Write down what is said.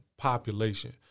population